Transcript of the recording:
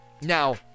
Now